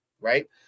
right